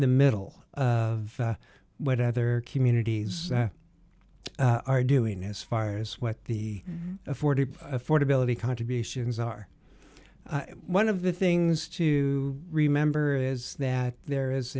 middle of what other communities are doing as far as what the forty affordability contributions are one of the things to remember is that there is